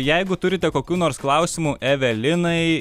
jeigu turite kokių nors klausimų evelinai